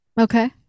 okay